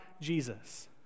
Jesus